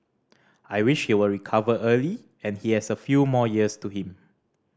I wish he will recover early and he has a few more years to him